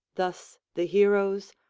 thus the heroes,